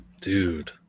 dude